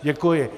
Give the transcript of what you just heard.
Děkuji.